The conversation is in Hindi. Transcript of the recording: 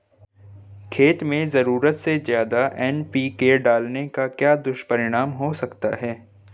खेत में ज़रूरत से ज्यादा एन.पी.के डालने का क्या दुष्परिणाम हो सकता है?